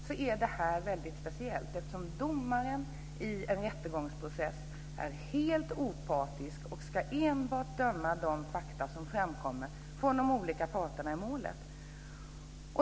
Domarjävet är väldigt speciellt, eftersom domaren i en rättegångsprocess är helt opartisk och enbart ska döma på de fakta som framkommer från de olika parterna i målet.